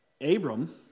Abram